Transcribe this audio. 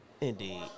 Indeed